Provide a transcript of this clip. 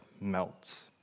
melts